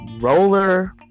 roller